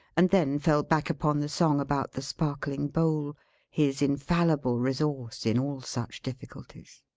and then fell back upon the song about the sparkling bowl his infallible resource in all such difficulties.